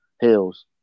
hills